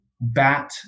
Bat